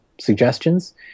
suggestions